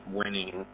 winning